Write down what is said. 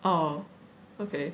oh okay